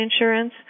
insurance